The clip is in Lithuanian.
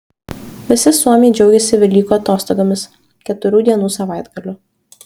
visi suomiai džiaugiasi velykų atostogomis keturių dienų savaitgaliu